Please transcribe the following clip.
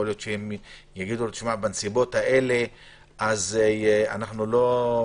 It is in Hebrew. יכול להיות שיגידו לו: בנסיבות האלה אנחנו לא-